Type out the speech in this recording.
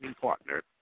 partner